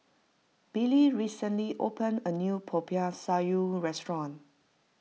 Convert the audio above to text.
Billie recently opened a new Popiah Sayur restaurant